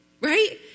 right